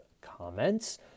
comments